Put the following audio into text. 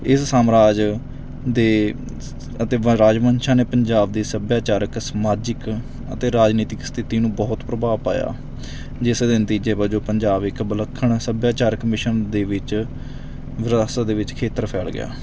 ਇਸ ਸਾਮਰਾਜ ਦੇ ਅਤੇ ਵ ਰਾਜਵੰਸ਼ਾਂ ਨੇ ਪੰਜਾਬ ਦੀ ਸੱਭਿਆਚਾਰਕ ਸਮਾਜਿਕ ਅਤੇ ਰਾਜਨੀਤਿਕ ਸਥਿਤੀ ਨੂੰ ਬਹੁਤ ਪ੍ਰਭਾਵ ਪਾਇਆ ਜਿਸ ਦੇ ਨਤੀਜੇ ਵਜੋਂ ਪੰਜਾਬ ਇੱਕ ਵਿਲੱਖਣ ਸੱਭਿਆਚਾਰਕ ਮਿਸ਼ਨ ਦੇ ਵਿੱਚ ਵਿਰਾਸਤ ਦੇ ਵਿੱਚ ਖੇਤਰ ਫੈਲ ਗਿਆ